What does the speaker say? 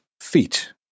feet